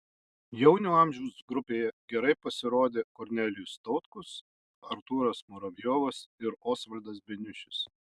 jaunių amžiaus grupėje gerai pasirodė kornelijus tautkus artūras muravjovas ir osvaldas beniušis